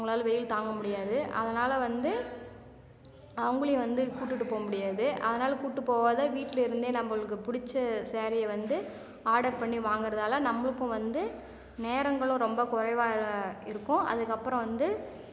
அவங்களால் வெயில் தாங்க முடியாது அதனால் வந்து அவங்களையும் வந்து கூப்பிட்டுட்டு போகமுடியாது அதனால் கூப்பிட்டு போகாத வீட்டில் இருந்தே நம்மளுக்கு பிடிச்ச ஸேரீயை வந்து ஆர்டர் பண்ணி வாங்கிறதால நம்மளுக்கும் வந்து நேரங்களும் ரொம்ப குறைவாக இருக்கும் அதுக்கப்புறம் வந்து